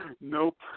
Nope